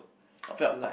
like